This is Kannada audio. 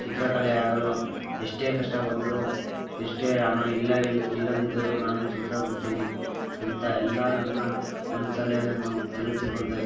ಚಿತ್ರಕಲೆಯಾಗಲು ಎಷ್ಟೇ ಕಷ್ಟ ಬಂದರೂ ಎಷ್ಟೇ ಹಣ ಇಲ್ಲಇಲ್ಲ ಇಲ್ಲದಿದ್ದರೂ ನಾನು ಚಿತ್ರ ಬಿಡ್ತೀನಿ ಅಂತ ಎಲ್ಲ ನನ್ನ ಮನಸಲ್ಲೆ ನಾನು ತಿಳಿದುಕೊಳ್ತಾ